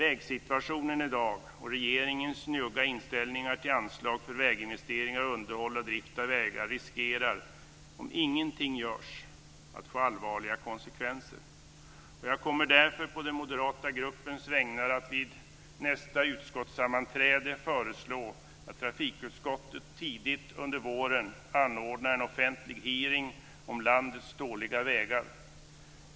Vägsituationen i dag och regeringens njugga inställning till anslag för väginvesteringar, underhåll och drift av vägar riskerar - om ingenting görs - att få allvarliga konsekvenser. Jag kommer därför att på den moderata gruppens vägnar vid nästa utskottssammanträde föreslå att trafikutskottet tidigt under våren anordnar en offentlig hearing om landets dåliga vägar.